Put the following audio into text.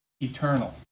eternal